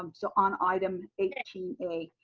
um so on item eighteen a,